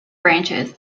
branches